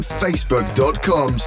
facebook.com